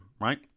right